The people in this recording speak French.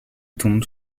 tombe